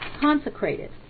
consecrated